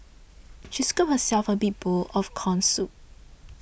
she scooped herself a big bowl of Corn Soup